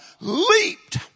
leaped